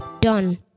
done